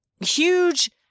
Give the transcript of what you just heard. huge